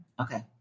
Okay